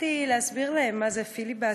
התחלתי להסביר להן מה זה פיליבסטר,